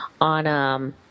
on